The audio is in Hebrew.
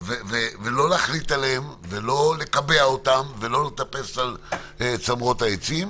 ולא להחליט עליהם ולא לקבע אותם ולא לטפס עד צמרות העצים.